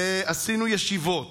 ועשינו ישיבות,